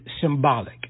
symbolic